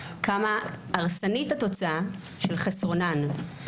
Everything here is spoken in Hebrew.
כמה הרסנית התוצאה של חסרונן.